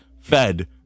Fed